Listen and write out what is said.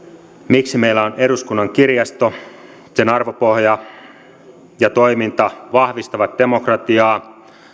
miksi meillä on eduskunnan kirjasto sen arvopohja ja toiminta vahvistavat demokratiaa sananvapautta